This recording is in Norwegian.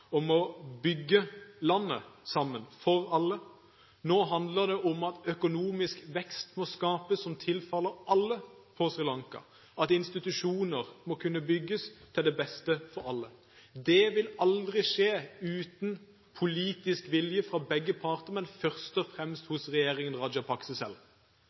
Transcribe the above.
om å bygge landet sammen – for alle. Nå handler det om at det må skapes økonomisk vekst som tilfaller alle på Sri Lanka, at institusjoner må kunne bygges til det beste for alle. Dette vil aldri skje uten politisk vilje fra begge parter, men først og fremst fra regjeringen Rajapaksa selv.